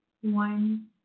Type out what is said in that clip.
One